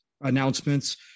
announcements